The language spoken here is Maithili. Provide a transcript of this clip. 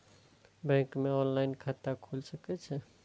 बैंक में ऑनलाईन खाता खुल सके छे?